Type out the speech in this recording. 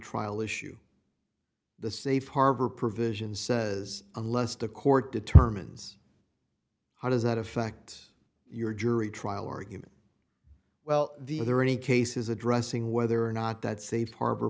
trial issue the safe harbor provision says unless the court determines how does that affect your jury trial argument well the there are any cases addressing whether or not that safe harbor